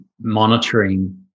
monitoring